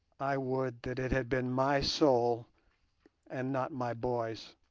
i would that it had been my soul and not my boy's!